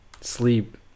sleep